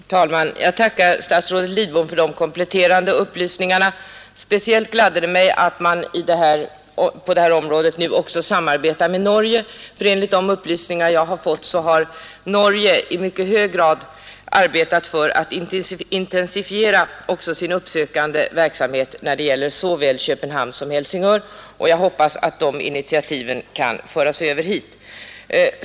Herr talman! Jag tackar statsrådet Lidbom för de kompletterande upplysningarna. Speciellt gladde det mig att man på detta område nu också samarbetar med Norge; enligt de upplysningar jag fått har Norge i mycket hög grad arbetat för att intensifiera sin uppsökande verksamhet när det gäller Köpenhamn och Helsingör, och jag hoppas att det initiativet kan föras över hit.